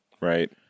Right